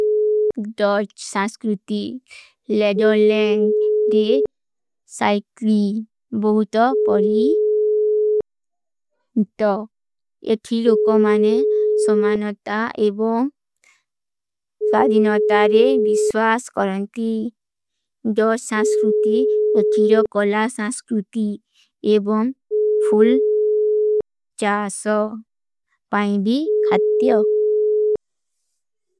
ଦର୍ଜ ସଂସ୍କୃତି, ଲେଦର ଲେଂଗ ଦେ ସାଇକ୍ରୀ ବହୁତ ପରୀ। ଦ, ଯଥୀ ଲୋକୋ ମାନେ ସମାନତା ଏବୋଂ ଫାଧିନତା ରେ ଵିଶ୍ଵାସ କରନତୀ। ଦର୍ଜ ସଂସ୍କୃତି, ଯଥୀ ଲୋକୋ ଲା ସଂସ୍କୃତି ଏବୋଂ ଫୂଲ, ଚାସ, ପାଇଂବୀ ଖାତ୍ଯୋ।